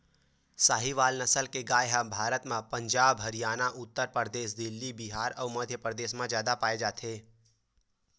साहीवाल नसल के गाय ह भारत म पंजाब, हरयाना, उत्तर परदेस, दिल्ली, बिहार अउ मध्यपरदेस म जादा पाए जाथे